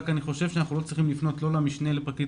אני חושב שאנחנו לא צריכים לפנות לא למשנה לפרקליט